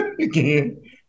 again